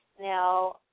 Now